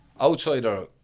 Outsider